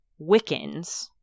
Wiccans